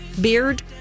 beard